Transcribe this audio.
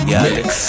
mix